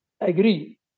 agree